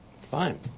Fine